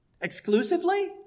Exclusively